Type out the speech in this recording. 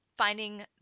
finding